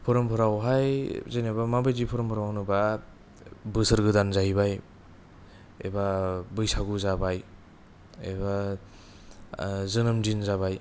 हुरमुरावहाय जेनबा मा बायदि हुरमुराव होनोब्ला बोसोर गोदान जाहैबाय एबा बैसागु जाबाय एबा जोनोम दिन जाबाय